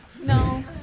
No